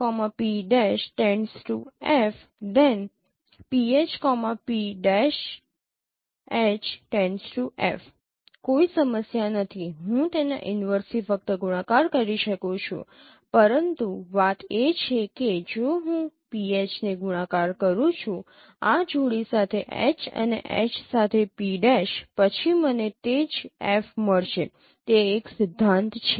કોઈ સમસ્યા નથી હું તેના ઇનવર્સથી ફક્ત ગુણાકાર કરી શકું છું પરંતુ વાત એ છે કે જો હું PH ને ગુણાકાર કરું છું આ જોડી સાથે H અને H સાથે P' પછી મને તે જ F મળશે તે એક સિદ્ધાંત છે